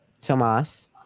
Tomas